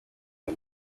ndi